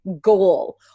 goal